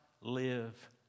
live